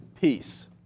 peace